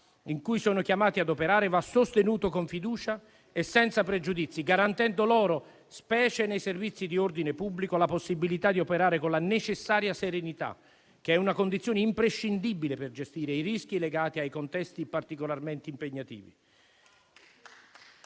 in cui sono chiamate ad operare va sostenuto con fiducia e senza pregiudizi, garantendo loro, specie nei servizi di ordine pubblico, la possibilità di operare con la necessaria serenità, condizione imprescindibile per gestire i rischi legati ai contesti particolarmente impegnativi.